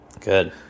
Good